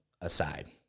aside